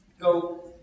go